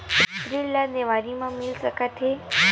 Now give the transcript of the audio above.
ऋण ला देवारी मा मिल सकत हे